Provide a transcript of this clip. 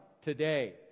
today